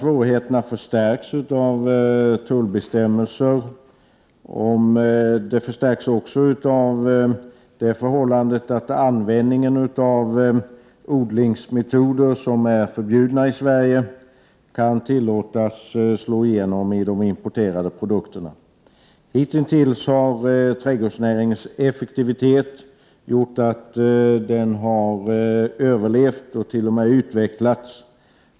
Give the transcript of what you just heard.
Svårigheterna förstärks av tullbestämmelserna och förhållandet att användningen av odlingsmetoder som är förbjudna i Sverige kan tillåtas slå igenom i de importerade produkterna. Hitintills har trädgårdsnäringens effektivitet gjort att den har överlevt och t.o.m. utvecklats.